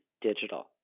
digital